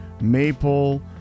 maple